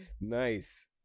Nice